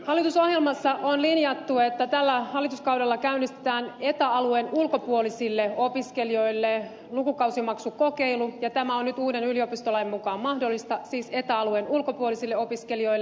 hallitusohjelmassa on linjattu että tällä hallituskaudella käynnistetään eta alueen ulkopuolisille opiskelijoille lukukausimaksukokeilu ja tämä on nyt uuden yliopistolain mukaan mahdollista siis eta alueen ulkopuolisille opiskelijoille